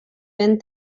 ben